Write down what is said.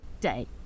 day